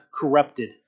corrupted